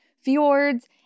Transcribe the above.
fjords